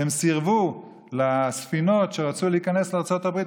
והם סירבו לספינות שרצו להיכנס לארצות הברית,